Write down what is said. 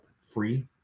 free